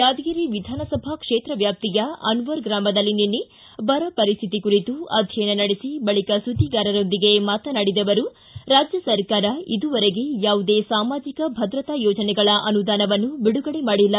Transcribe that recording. ಯಾದಗಿರಿ ವಿಧಾನಸಭಾ ಕ್ಷೇತ್ರದ ವ್ಯಾಪ್ತಿಯ ಅನ್ವರ್ ಗ್ರಾಮದಲ್ಲಿ ನಿನ್ನೆ ಬರ ಪರಿಸ್ತಿತಿ ಕುರಿತು ಅಧ್ವಯನ ನಡೆಸಿ ಬಳಿಕ ಸುದ್ದಿಗಾರರೊಂದಿಗೆ ಮಾತನಾಡಿದ ಅವರು ರಾಜ್ಯರ್ಕಾರ ಇದುವರೆಗೆ ಯಾವುದೇ ಸಾಮಾಜಿಕ ಭದ್ರತಾ ಯೋಜನೆಗಳ ಅನುದಾನವಾನ್ನು ಬಿಡುಗಡೆ ಮಾಡಿಲ್ಲ